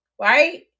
right